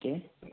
okay